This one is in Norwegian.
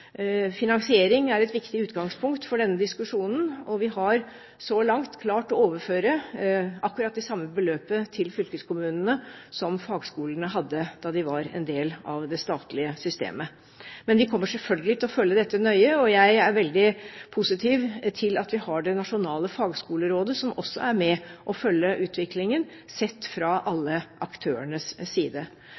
Finansiering er et viktig utgangspunkt for denne diskusjonen, og vi har så langt klart å overføre akkurat det samme beløpet til fylkeskommunene som fagskolene hadde da de var en del av det statlige systemet. Men vi kommer selvfølgelig til å følge dette nøye, og jeg er veldig positiv til at vi har det nasjonale fagskolerådet, som også er med og følger utviklingen sett fra alle aktørenes side.